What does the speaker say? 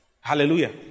Hallelujah